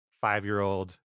five-year-old